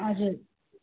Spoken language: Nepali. हजुर